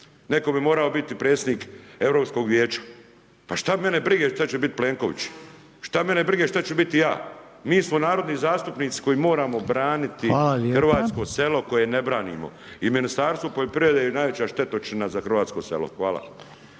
Netko bi morao biti predsjednik Europskog vijeća. Pa šta mene brige šta će biti Plenković, šta mene brige šta ću biti ja. Mi smo narodni zastupnici koji moramo braniti hrvatsko selo, koje ne branimo. I Ministarstvo poljoprivrede je najveća štetočina za hrvatsko selo. Hvala.